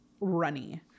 runny